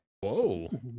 whoa